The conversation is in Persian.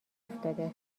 افتاده